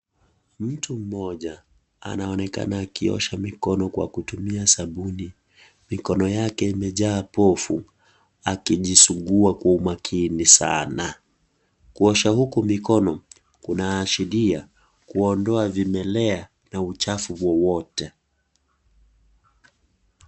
Mtu mmoja anaonekana akiosha mikono kwa kutumia sabuni, mikono yake imejaa pofu akijisugua kwa umakini sana. Kuosha huku mikono kunaashiria kuondoa vimelea na uchafu wowote.